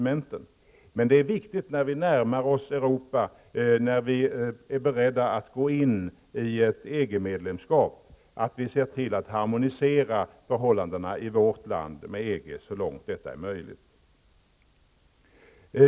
Det är viktigt att vi, när vi närmar oss Europa, när vi är beredda att gå in i ett EG-medlemskap, ser till att harmonisera förhållandena i vårt land med EGs förhållanden så långt detta är möjligt.